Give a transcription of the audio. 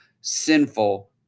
sinful